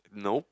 nope